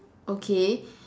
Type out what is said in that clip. okay